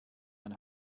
ein